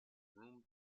room